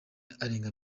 arenga